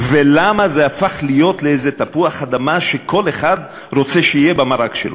ולמה זה הפך להיות איזה תפוח-אדמה שכל אחד רוצה שיהיה במרק שלו.